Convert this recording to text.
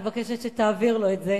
אני מבקשת שתעביר לו את זה,